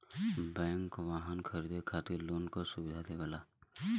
bank वाहन खरीदे खातिर लोन क सुविधा देवला